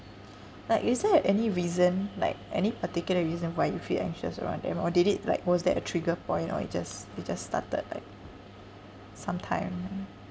like is there any reason like any particular reason why you feel anxious around them or did it like was there a trigger point or it just it just started like some time